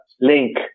Link